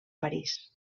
parís